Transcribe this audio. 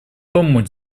помочь